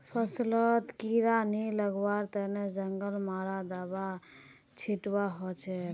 फसलत कीड़ा नी लगवार तने जंगल मारा दाबा छिटवा हछेक